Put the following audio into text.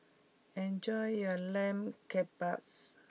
enjoy your Lamb Kebabs